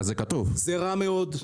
זה רע מאוד.